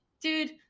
dude